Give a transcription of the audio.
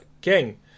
King